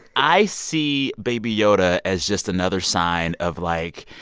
i see baby yoda as just another sign of, like,